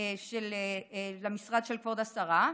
זה המשרד של כבוד השרה,